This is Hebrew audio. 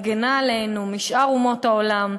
מגינה עלינו מפני שאר אומות העולם,